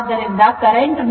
ಆದ್ದರಿಂದ ಕರೆಂಟ್ ಮುಂದೆ ಇದೆ